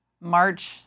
March